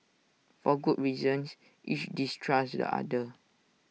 for good reasons each distrusts the other